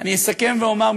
אני אסכם ואומר,